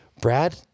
Brad